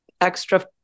extra